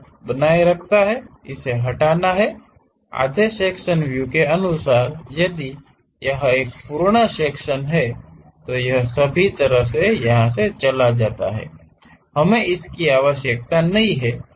तो बनाए रखना हटाना आधे सेक्शन व्यू के अनुसार यदि यह एक पूर्ण सेक्शन है तो यह सभी तरह से चला जाता है हमें इसकी आवश्यकता नहीं है